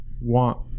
want